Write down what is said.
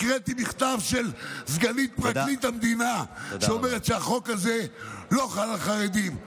הקראתי מכתב של סגנית פרקליט המדינה שאומרת שהחוק הזה לא חל על חרדים,